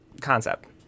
concept